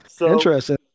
Interesting